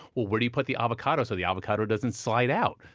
where do you put the avocado so the avocado doesn't slide out?